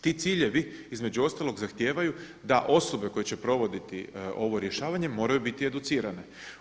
Ti ciljevi između ostalog zahtijevaju da osobe koje će provoditi ovo rješavanje moraju biti educirane.